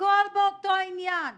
הכול באותו עניין.